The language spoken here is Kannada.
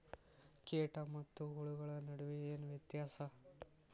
ಕೇಟ ಮತ್ತು ಹುಳುಗಳ ನಡುವೆ ಏನ್ ವ್ಯತ್ಯಾಸ?